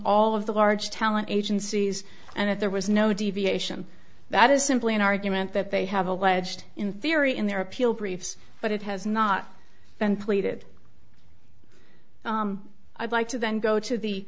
all of the large talent agencies and if there was no deviation that is simply an argument that they have alleged in theory in their appeal briefs but it has not been pleaded i'd like to then go to the